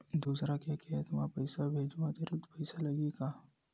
दूसरा के खाता म पईसा भेजहूँ अतिरिक्त पईसा लगही का?